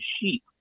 sheep